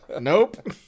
Nope